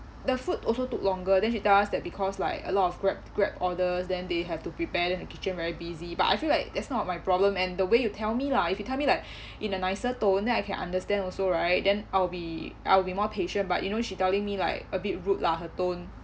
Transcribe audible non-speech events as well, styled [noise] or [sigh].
the food also took longer then she tell us that because like a lot of Grab Grab orders then they have to prepare the kitchen very busy but I feel like that's not my problem and the way you tell me lah if you tell me like in a nicer tone then I can understand also right then I'll be I'll be more patient but you know she telling me like a bit rude lah her tone [breath]